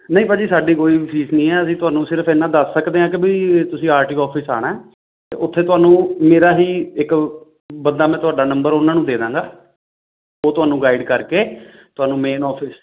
ਨਹੀਂ ਭਾਅ ਜੀ ਸਾਡੀ ਕੋਈ ਫੀਸ ਨਹੀਂ ਹੈ ਅਸੀਂ ਤੁਹਾਨੂੰ ਸਿਰਫ ਇੰਨਾਂ ਦੱਸ ਸਕਦੇ ਹਾਂ ਕਿ ਬਈ ਤੁਸੀਂ ਆਰ ਟੀ ਓ ਔਫਿਸ ਆਉਣਾ ਅਤੇ ਉੱਥੇ ਤੁਹਾਨੂੰ ਮੇਰਾ ਹੀ ਇੱਕ ਬੰਦਾ ਮੈਂ ਤੁਹਾਡਾ ਨੰਬਰ ਉਹਨਾਂ ਨੂੰ ਦੇ ਦਾਂਗਾ ਉਹ ਤੁਹਾਨੂੰ ਗਾਈਡ ਕਰਕੇ ਤੁਹਾਨੂੰ ਮੇਨ ਔਫਿਸ